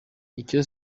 icyo